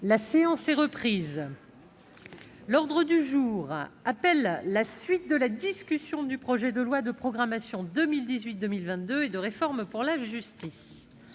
La séance est reprise. L'ordre du jour appelle la suite de la discussion, en procédure accélérée, du projet de loi de programmation 2018-2022 et de réforme pour la justice